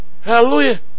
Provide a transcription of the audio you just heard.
Hallelujah